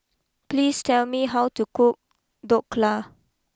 please tell me how to cook Dhokla